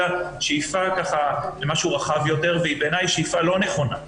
אלא שאיפה למשהו רחב יותר והיא בעיני שאיפה לא נכונה.